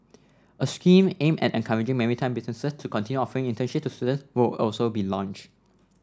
a scheme aimed at encouraging maritime businesses to continue offering internships to students will also be launch